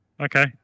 okay